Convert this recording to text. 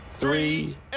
Three